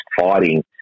fighting